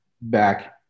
back